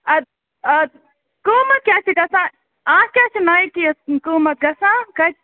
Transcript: اَدٕ آدٕ قۭمَتھ کیٛاہ چھِ گژھان اَتھ کیٛاہ چھِ نایکییَس قۭمَتھ گژھان کَتہِ